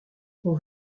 qu’on